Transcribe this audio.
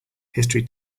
history